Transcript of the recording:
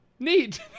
Neat